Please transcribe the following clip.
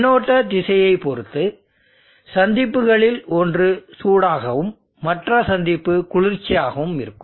மின்னோட்ட திசையைப் பொறுத்து சந்திப்புகளில் ஒன்று சூடாகவும் மற்ற சந்திப்பு குளிர்ச்சியாகவும் இருக்கும்